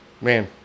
Man